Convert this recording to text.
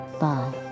Bye